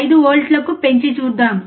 5 వోల్ట్లకు పెంచి చూద్దాం